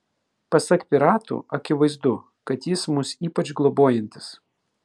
pasak piratų akivaizdu kad jis mus ypač globojantis